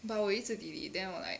but 我一直 delete then 我 like